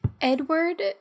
Edward